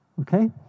Okay